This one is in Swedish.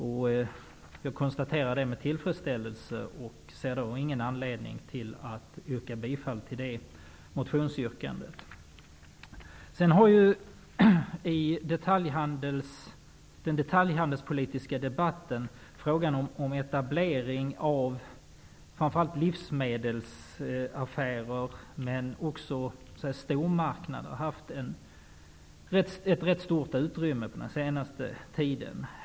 Jag konstaterar detta med tillfredsställelse och ser därför ingen anledning att yrka bifall till motionsyrkandet. I den politiska debatten om detaljhandeln har frågan om etablering av livsmedelsaffärer och stormarknader fått ganska stort utrymme under senare tid.